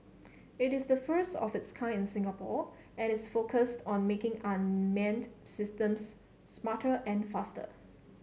it is the first of its kind in Singapore and is focused on making unmanned systems smarter and faster